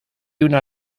una